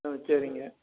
ஆ சரிங்க